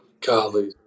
Golly